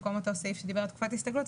במקום אותו סעיף שדיבר על תקופת הסתגלות,